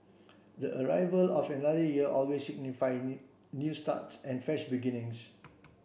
the arrival of another year always signifies new starts and fresh beginnings